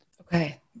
Okay